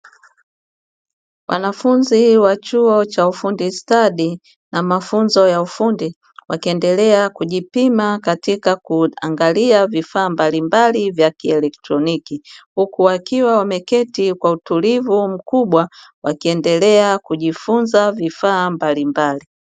Wanafunzi wa chuo cha ufundi stadi na mafunzo ya ufundi wakiendelea wakiendelea kujipima katika kuangalia vifaa mbalimbali vya kielektroniki, wakiwa wameketi kwa utulivu mkubwa wakiendelea kujifunza vifaa mbalimbali.